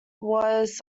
was